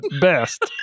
best